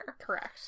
Correct